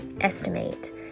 estimate